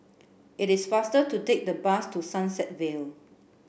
it is faster to take the bus to Sunset Vale